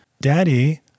Daddy—